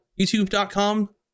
youtube.com